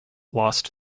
lost